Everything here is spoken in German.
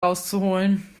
rauszuholen